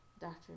Doctor